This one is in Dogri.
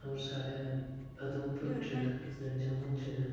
होर साढ़े उधमपुर च जां जम्मू च